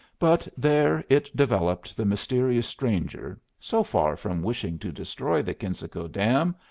but there it developed the mysterious stranger, so far from wishing to destroy the kensico dam,